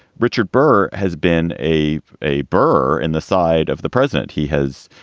richard burr has been a a burr in the side of the president. he has,